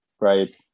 right